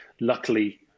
luckily